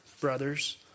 brothers